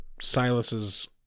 Silas's